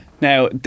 Now